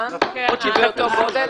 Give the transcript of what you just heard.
מעישון.